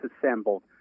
assembled